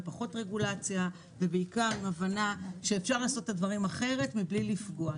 עם פחות רגולציה ובעיקר עם הבנה שאפשר לעשות את הדברים אחרת מבלי לפגוע,